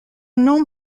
nom